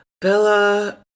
Bella